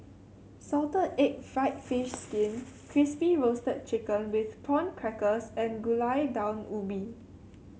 Salted Egg fried fish skin Crispy Roasted Chicken with Prawn Crackers and Gulai Daun Ubi